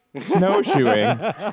snowshoeing